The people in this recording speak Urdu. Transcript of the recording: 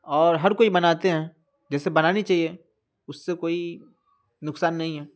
اور ہر کوئی بناتے ہیں جیسے بنانی چاہیے اس سے کوئی نقصان نہیں ہے